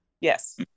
Yes